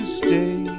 stay